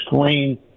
screen